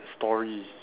story